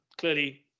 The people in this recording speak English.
Clearly